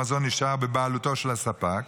המזון נשאר בבעלותו של הספק,